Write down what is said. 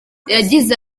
yagize